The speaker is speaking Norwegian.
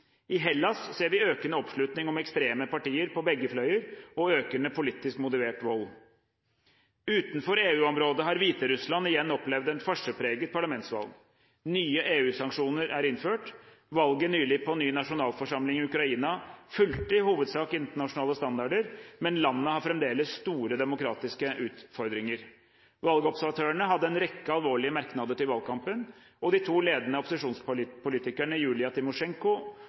Hellas ser vi økende oppslutning om ekstreme partier på begge fløyer og økende politisk motivert vold. Utenfor EU-området har Hviterussland igjen opplevd et farsepreget parlamentsvalg. Nye EU-sanksjoner er innført. Valget nylig på ny nasjonalforsamling i Ukraina fulgte i hovedsak internasjonale standarder, men landet har fremdeles store demokratiske utfordringer. Valgobservatørene hadde en rekke alvorlige merknader til valgkampen. Og de to ledende opposisjonspolitikerne Julia Timosjenko